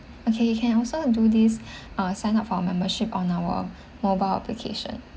okay you can also do this uh sign up for a membership on our mobile application